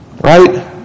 Right